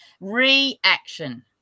Reaction